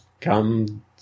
come